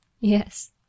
Yes